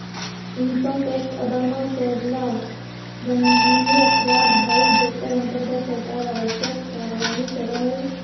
income tax अदा न करला दंडनीय अपराध हई जेकर अंतर्गत सरकार आवश्यक कार्यवाही करऽ हई